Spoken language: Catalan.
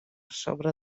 sobre